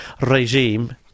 regime